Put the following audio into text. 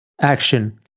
Action